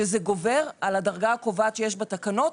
שזה גובר על הדרגה הקובעת שיש בתקנות.